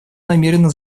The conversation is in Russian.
намерено